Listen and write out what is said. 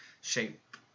shape